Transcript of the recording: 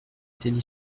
étaient